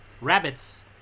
Rabbits